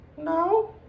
No